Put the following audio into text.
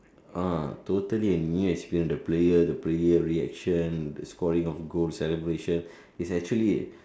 ah totally a new experience the player the player reaction the scoring of goals celebration it's actually